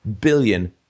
billion